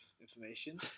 information